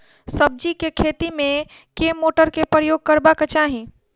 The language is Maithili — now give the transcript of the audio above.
सब्जी केँ खेती मे केँ मोटर केँ प्रयोग करबाक चाहि?